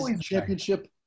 championship